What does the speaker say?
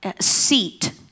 seat